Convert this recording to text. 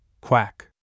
Quack